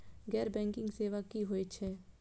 गैर बैंकिंग सेवा की होय छेय?